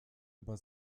über